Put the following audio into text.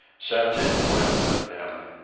scenting the wind with him,